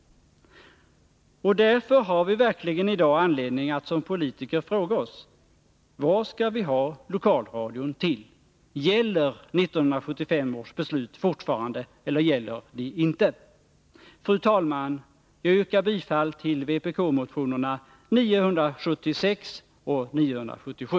Därför har vi verkligen i dag anledning att som politiker fråga oss: Vad skall vi ha lokalradion till? Gäller 1975 års beslut fortfarande eller gäller de inte? Fru talman! Jag yrkar bifall till vpk-motionerna 976 och 977.